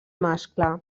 mascle